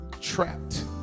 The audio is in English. trapped